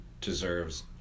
deserves